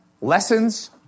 lessons